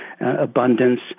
abundance